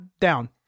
down